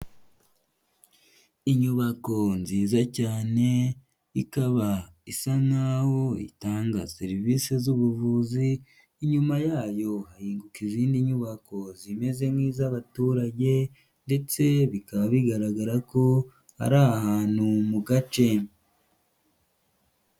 Inyubako nziza cyane, ikaba isa nk'aho itanga serivisi z'ubuvuzi, inyuma yayo hahinguka izindi nyubako zimeze nk'iz'abaturage ndetse bikaba bigaragara ko ari ahantu mu gace.